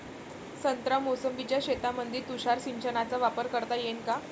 संत्रा मोसंबीच्या शेतामंदी तुषार सिंचनचा वापर करता येईन का?